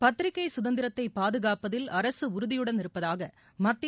பத்திரிகை சுதந்திரத்தை பாதுகாப்பதில் அரசு உறுதியுடன் இருப்பதாக மத்திய